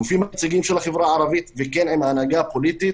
הגופים היציגים של החברה הערבית וכן עם ההנהגה הפוליטית